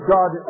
God